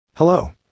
Hello